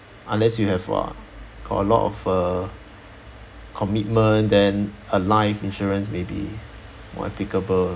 unless you have uh got a lot of uh commitment then a life insurance maybe more applicable